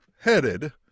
headed